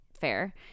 Fair